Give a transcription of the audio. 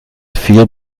vier